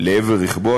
לעבר רכבו,